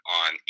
on